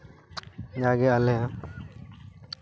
ᱡᱟᱜᱮ ᱟᱞᱮ